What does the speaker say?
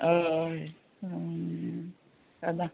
हय